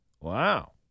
Wow